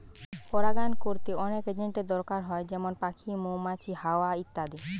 পরাগায়ন কোরতে অনেক এজেন্টের দোরকার হয় যেমন পাখি, মৌমাছি, হাওয়া ইত্যাদি